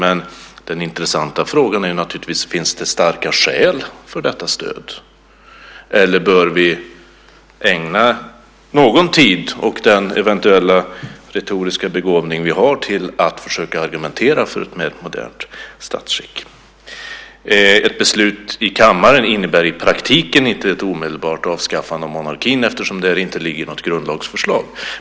Men den intressanta frågan är naturligtvis: Finns det starka skäl för detta stöd, eller bör vi ägna någon tid och den eventuella retoriska begåvning vi har till att försöka argumentera för ett mer modernt statsskick? Ett beslut i kammaren innebär i praktiken inte ett omedelbart avskaffande av monarkin eftersom det inte föreligger något grundlagsförslag.